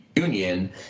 Union